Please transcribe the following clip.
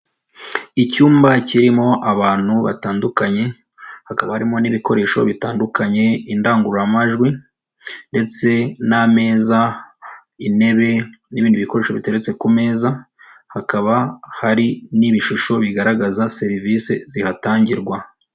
Icyumba kirimo abantu batandukanye, hakaba bari harimo n'ibikoresho bitandukanye, indangururamajwi ndetse n'ameza intebe n'ibindi bikoresho biteretse ku meza, hakaba hari n'ibishusho bigaragaza serivise zihatangirwa.